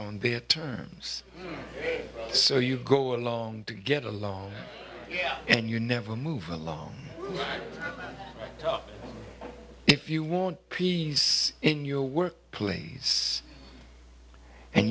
on their terms so you go along to get along and you never move along if you want peace in your work plays and